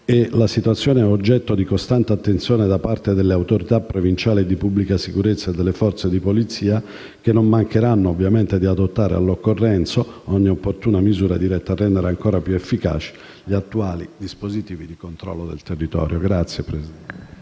Ministero ed è oggetto di costante attenzione da parte delle autorità provinciali di pubblica sicurezza e delle forze di polizia, che non mancheranno di adottare, all'occorrenza, ogni opportuna misura diretta a rendere ancora più efficaci gli attuali dispositivi di controllo del territorio.